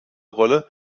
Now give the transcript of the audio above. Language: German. rolle